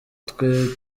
twe